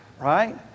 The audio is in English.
right